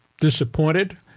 disappointed